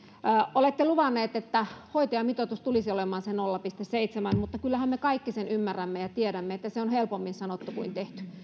olette luvanneet että hoitajamitoitus tulisi olemaan se nolla pilkku seitsemän mutta kyllähän me kaikki sen ymmärrämme ja tiedämme että se on helpommin sanottu kuin tehty